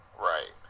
Right